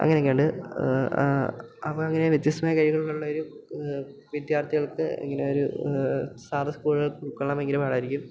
അങ്ങനെയൊക്കെയുണ്ട് അപ്പോഴങ്ങനെ വ്യത്യസ്തമായ കഴിവുകളുള്ളൊരു വിദ്യാർത്ഥികൾക്ക് ഇങ്ങനെയൊരു സാധാ സ്കൂളുകൾ ഉൾകൊള്ളാൻ ഭയങ്കര പാടായിരിക്കും